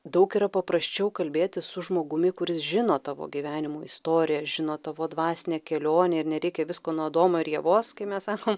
daug yra paprasčiau kalbėtis su žmogumi kuris žino tavo gyvenimo istoriją žino tavo dvasinę kelionę ir nereikia visko nuo adomo ir ievos kai mes sakom